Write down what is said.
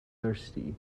thirty